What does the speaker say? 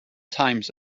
times